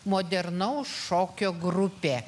modernaus šokio grupė